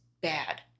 bad